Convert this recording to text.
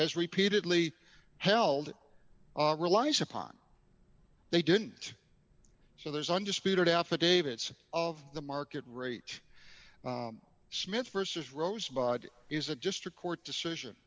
has repeatedly held relies upon they didn't so there's undisputed affidavits of the market rate smith versus rose is a district court decision